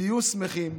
תהיו שמחים.